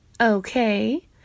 Okay